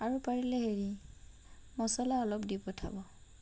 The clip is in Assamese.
আৰু পাৰিলে হেৰি মচলা অলপ দি পঠাব